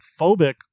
phobic